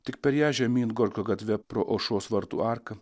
tik per ją žemyn gorkio gatve pro aušros vartų arką